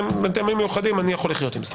"מטעמים מיוחדים" אני יכול לחיות עם זה.